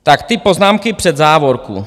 Tak ty poznámky před závorkou.